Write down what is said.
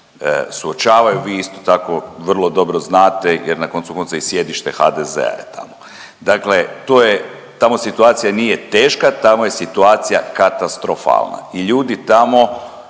suočavaju vi isto tako vrlo dobro znate jer na koncu konca i sjedište HDZ-a je tamo. Dakle to je, tamo situacija nije teška, tamo je situacija katastrofalna i ljudi tamo